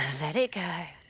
let it go.